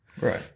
Right